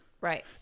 Right